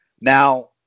Now